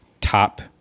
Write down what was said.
top